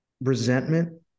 resentment